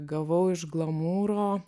gavau iš glamūro